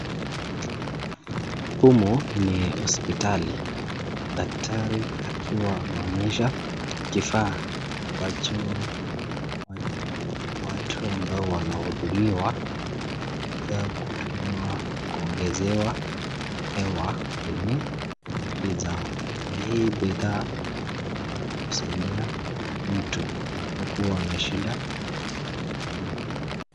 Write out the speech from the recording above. Humu ni hospitali daktari akiwa anaonyesha kifaa ambacho watu ambao wanaudumiwa wanaweza kutumiwa kuongezea hewa kwenye mwili zao, hii bidhaa inazadia mtu anapokuwa na shida ya kupumua.